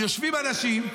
יושבים אנשים,